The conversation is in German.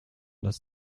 das